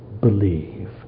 believe